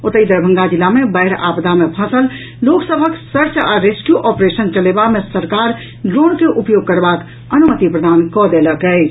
ओतहि दरभंगा जिला मे बाढ़ि आपदा मे फंसल लोक सभक सर्च आ रेस्क्यू ऑपरेशन चलेबा मे सरकार ड्रोन के उपयोग करबाक अनुमति प्रदान कऽ देलक अछि